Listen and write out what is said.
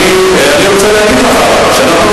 אני רוצה להגיד לך רק שאנחנו,